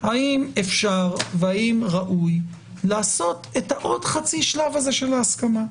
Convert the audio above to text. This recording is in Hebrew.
האם אפשר והאם ראוי לעשות את העוד חצי שלב הזה של ההסכמה.